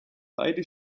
beide